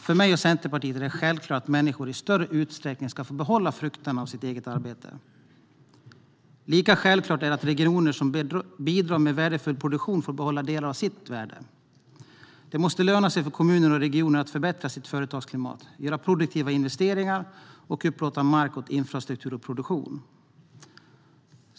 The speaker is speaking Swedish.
För mig och Centerpartiet är det självklart att människor i större utsträckning ska få behålla frukterna av sitt eget arbete. Lika självklart är det att regioner som bidrar med värdefull produktion får behålla delar av sitt värde. Det måste löna sig för kommuner och regioner att förbättra sitt företagsklimat, göra produktiva investeringar och upplåta mark åt infrastruktur och produktion.